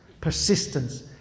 Persistence